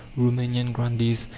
roumanian grandees,